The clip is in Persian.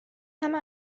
همه